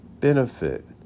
benefit